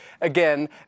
Again